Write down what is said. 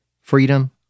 Freedom